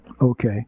Okay